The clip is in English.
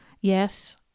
Yes